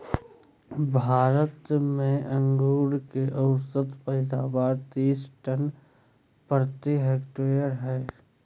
भारत में अंगूर के औसत पैदावार तीस टन प्रति हेक्टेयर हइ